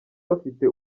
bafite